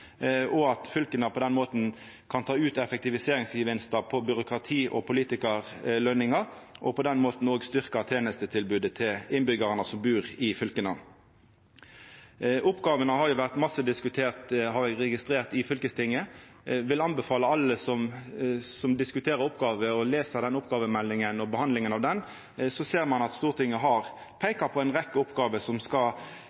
og at fylka på den måten kan ta ut effektiviseringsgevinstar gjennom byråkrati og politikarløningar og på den måten òg styrkja tenestetilbodet til innbyggjarane som bur i fylka. Oppgåvene har vore diskutert masse, har eg registrert, i fylkestinga. Eg vil anbefala alle som diskuterer oppgåver, å lesa oppgåvemeldinga og behandlinga av ho, så ser ein at Stortinget har